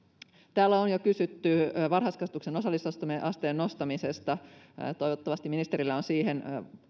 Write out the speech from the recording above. täällä on jo kysytty varhaiskasvatuksen osallistumisasteen nostamisesta ja toivottavasti ministerillä on siihen